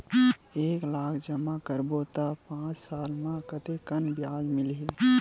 एक लाख जमा करबो त पांच साल म कतेकन ब्याज मिलही?